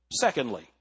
Secondly